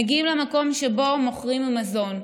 מגיעים למקום שבו מוכרים מזון,